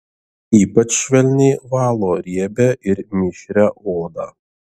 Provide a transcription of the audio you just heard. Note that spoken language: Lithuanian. ypač švelniai valo riebią ir mišrią odą